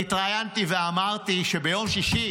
אני התראיינתי ואמרתי שביום שישי,